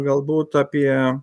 galbūt apie